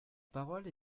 parole